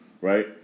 right